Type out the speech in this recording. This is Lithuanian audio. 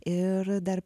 ir dar